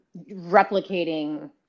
replicating